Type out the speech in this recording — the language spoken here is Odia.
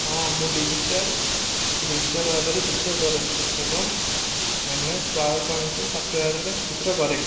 ହଁ ମୁଁ ଡିଜିଟାଲ ଡିଜିଟାଲ ଭାବରେ ଚିତ୍ର କରେ ଏବଂ ଏମ୍ ଏସ୍ ପାୱାରପଏଣ୍ଟ ସଫ୍ଟୱେୟାରରେ ଚିତ୍ର କରେ